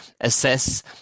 assess